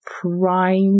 prime